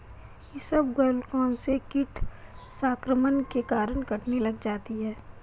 इसबगोल कौनसे कीट संक्रमण के कारण कटने लग जाती है?